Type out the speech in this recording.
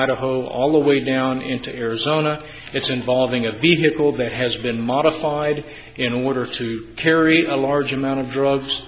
idaho all the way down into arizona it's involving a vehicle that has been modified in order to carry a large amount of drugs